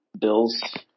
Bills